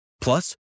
Plus